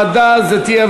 נמנעים.